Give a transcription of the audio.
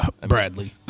Bradley